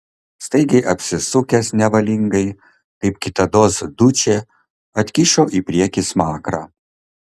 staigiai apsisukęs nevalingai kaip kitados dučė atkišo į priekį smakrą